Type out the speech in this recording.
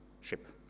ship